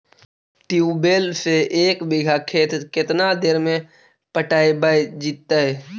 Tubewell से एक बिघा खेत केतना देर में पटैबए जितै?